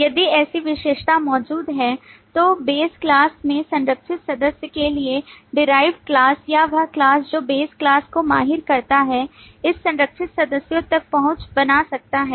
यदि ऐसी विशेषज्ञता मौजूद है तो base क्लास में संरक्षित सदस्य के लिए derived क्लास या वह class जो base class को माहिर करता है इस संरक्षित सदस्यों तक पहुंच बना सकता है